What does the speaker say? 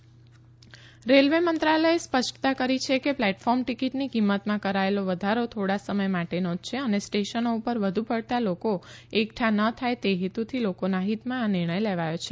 railway railway મંત્રાલયે સ્પષ્ટતા કરી છે કે પ્લેટફોર્મ ટીકીટની કિંમતમાં કરાયેલો વધારો થોડા સમય માટેનો જ છે અને સ્ટેશનો ઉપર વધુ પડતાં લોકો એકઠા ન થાય તે હેતુથી લોકોના હિતમાં આ નિર્ણય લેવાયો છે